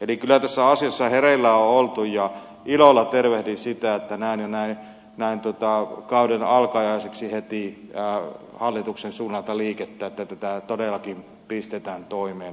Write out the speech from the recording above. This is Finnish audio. eli kyllä tässä asiassa hereillä on oltu ja ilolla tervehdin sitä että näen jo näin kauden alkajaisiksi heti hallituksen suunnalta liikettä että tätä todellakin pistetään toimeen määrätietoisesti